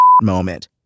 moment